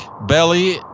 belly